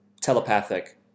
telepathic